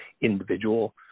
individual